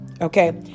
okay